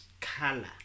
color